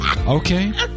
Okay